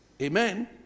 Amen